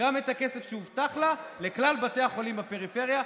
גם את הכסף שהובטח לה לכלל בתי החולים בפריפריה,